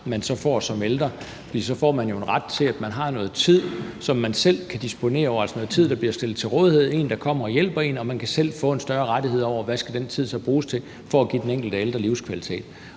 man får som ældre, for så får man jo en ret til, at man har noget tid, som man selv kan disponere over, altså noget tid, der bliver stillet til rådighed, en, der kommer og hjælper en, og man kan selv få en større rettighed, i forhold til hvad den tid så skal bruges til – det er for at give den enkelte ældre livskvalitet.